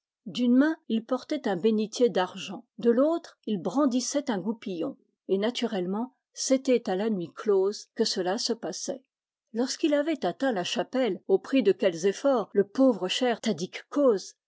père main il portait un bénitier d'argent de l'autre il brandissait un goupillon et naturellement c'était à la nuit close que cela se passait lorsqu'il avait atteint la chapelle au prix de quels efforts le pauvre cher